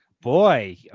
Boy